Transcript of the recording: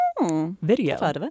Video